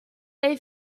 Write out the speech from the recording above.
they